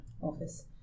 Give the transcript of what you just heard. office